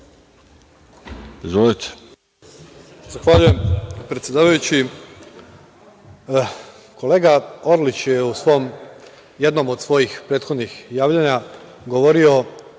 Marković** Zahvaljujem, predsedavajući. Kolega Orlić je u jednom od svojih prethodnih javljanja govorio